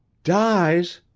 dies?